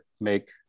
make